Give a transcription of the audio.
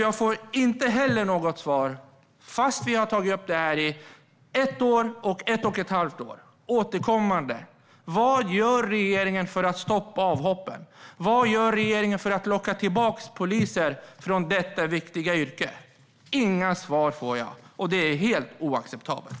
Jag får inte heller, fast vi återkommande har tagit upp detta i ett och ett halvt år, något svar på frågan vad regeringen gör för att stoppa avhoppen. Vad gör regeringen för att locka tillbaka poliser till detta viktiga yrke? Inga svar får jag, och det är helt oacceptabelt.